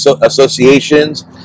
associations